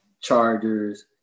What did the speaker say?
Chargers